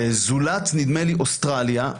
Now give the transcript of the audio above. זולת נדמה לי אוסטרליה.